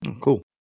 Cool